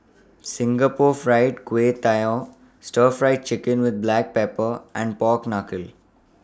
Singapore Fried Kway Tiao Stir Fried Chicken with Black Pepper and Pork Knuckle